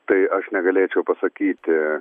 tai aš negalėčiau pasakyti